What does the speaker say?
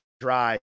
dry